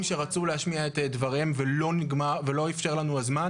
שרצו להשמיע את דבריהם והזמן לא אפשר זאת.